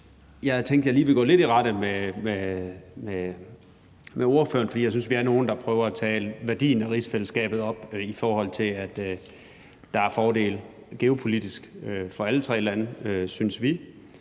Jeg tænkte, at jeg lige ville gå lidt i rette med ordføreren, for jeg synes, at vi er nogle, der prøver at tale værdien af rigsfællesskabet op, i forhold til at der geopolitisk er fordele for alle tre lande, synes vi.